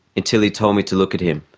until he told me to look at him.